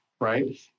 right